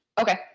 Okay